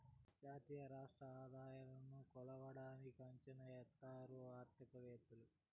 జాతీయ రాష్ట్ర ఆదాయాలను కొలవడానికి అంచనా ఎత్తారు ఆర్థికవేత్తలు